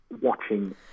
watching